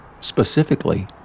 specifically